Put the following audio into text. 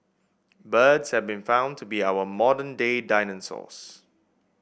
birds have been found to be our modern day dinosaurs